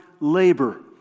labor